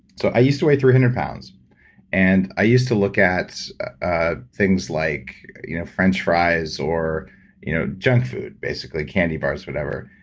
so i used to weigh three hundred pounds and i used to look at ah things like you know french fries or you know junk food, basically, candy bars whatever,